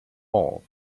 all